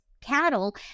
cattle